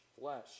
flesh